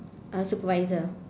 uh supervisor